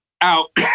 out